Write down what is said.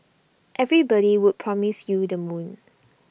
everybody would promise you the moon